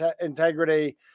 integrity